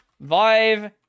Vive